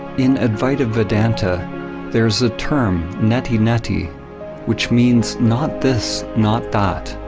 in advaita vedanta there's a term neti neti which means not this not that.